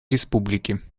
республики